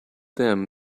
them